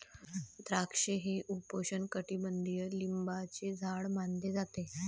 द्राक्षे हे उपोष्णकटिबंधीय लिंबाचे झाड मानले जाते